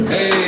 Hey